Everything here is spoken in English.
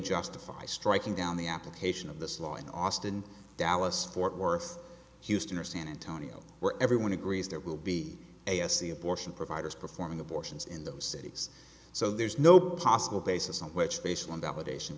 justify striking down the application of this law in austin dallas fort worth houston or san antonio where everyone agrees there will be a s c abortion providers performing abortions in those cities so there's no possible basis on which based on validation